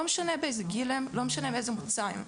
לא משנה באיזה גיל הם, לא משנה באיזה מוצא הם.